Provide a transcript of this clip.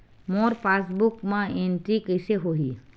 मोर passbook मा entry कइसे होही?